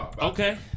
Okay